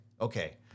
okay